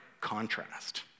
contrast